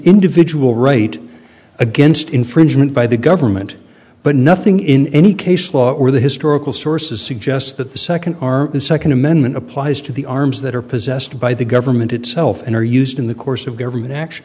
individual right against infringement by the government but nothing in any case law or the historical sources suggest that the second arm and second amendment applies to the arms that are possessed by the government itself and are used in the course of government act